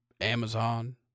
Amazon